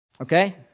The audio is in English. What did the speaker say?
Okay